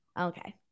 Okay